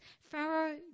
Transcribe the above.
Pharaoh